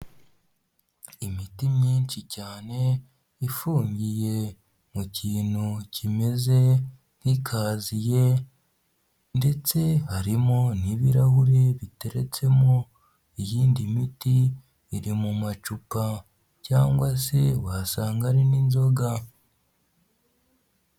Imiti myinshi cyane ifungiye mu kintu kimeze nk'ikaziye ndetse harimo n'ibirahure biteretsemo, iyindi miti iri mu macupa cyangwa se wasanga ari n'inzoga.